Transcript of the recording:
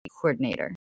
coordinator